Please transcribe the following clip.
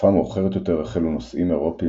בתקופה מאוחרת יותר החלו נוסעים אירופים